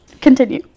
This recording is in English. Continue